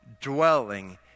dwelling